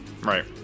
Right